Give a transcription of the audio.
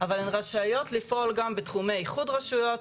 אבל הן רשאיות לפעול גם בתחומי איחוד רשויות,